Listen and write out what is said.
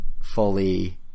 fully